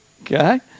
Okay